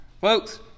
Folks